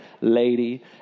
lady